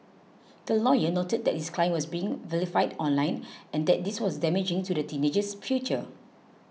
the lawyer noted that his client was being vilified online and that this was damaging to the teenager's future